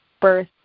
birth